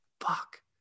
fuck